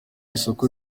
isoko